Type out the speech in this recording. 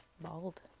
bald